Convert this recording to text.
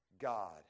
God